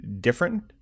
different